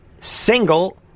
single